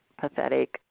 pathetic